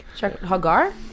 Hagar